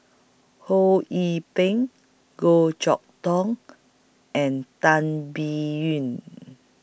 Ho Yee Ping Goh Chok Tong and Tan Biyun